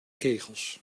kegels